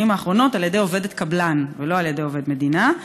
האחרונות על ידי עובדת קבלן ולא על ידי עובד מדינה.